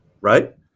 right